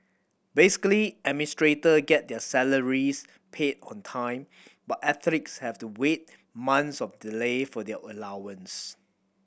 basically administrator get their salaries paid on time but athletes have to wait months of delay for their allowance